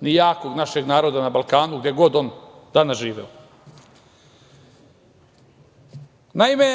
ni jakog našeg naroda na Balkanu, gde god on danas živeo. Naime,